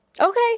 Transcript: Okay